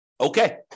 Okay